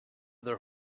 their